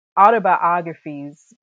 autobiographies